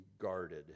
guarded